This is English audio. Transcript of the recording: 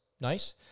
Nice